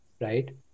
Right